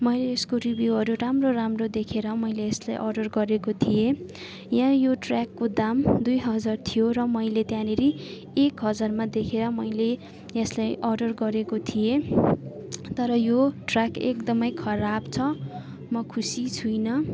मैले यसको रिभ्युहरू राम्रो राम्रो देखेर मैले यसलाई अर्डर गरेको थिएँ यहाँ यो ट्र्याकको दाम दुई हजार थियो र मैले त्यहाँनेरि एक हजारमा देखेर मैले यसलाई अर्डर गरेको थिएँ तर यो ट्र्याक एकदम खराब छ म खुसी छुइनँ